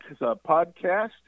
podcast